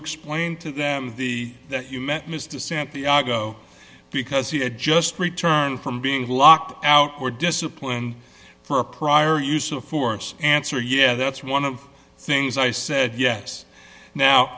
explained to them the that you met mr santiago because he had just returned from being locked out were disciplined for a prior use of force answer yeah that's one of things i said yes now